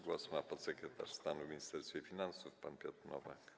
Głos ma podsekretarz stanu w Ministerstwie Finansów pan Piotr Nowak.